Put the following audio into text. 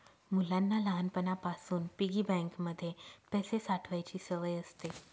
मुलांना लहानपणापासून piggy bank मध्ये पैसे साठवायची सवय असते